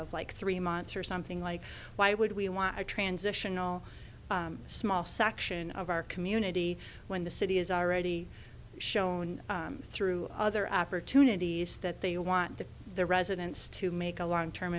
like three months or something like why would we want a transitional small section of our community when the city is already shown through other opportunities that they want that the residents to make a long term